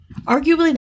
Arguably